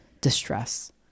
distress